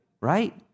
right